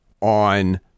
on